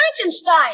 Frankenstein